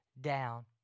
down